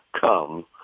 come